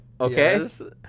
okay